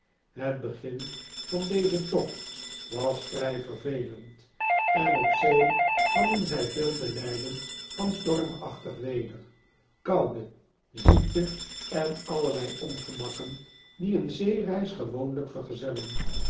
het begin van dezen tocht was vrij vervelend en op zee hadden zij veel te lijden van stormachtig weder koude ziekte en allerlei ongemakken die een zeereis gewoonlijk vergezellen